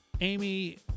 Amy